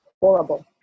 horrible